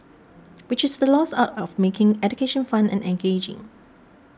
which is the lost art of making education fun and engaging